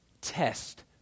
test